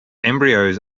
embryos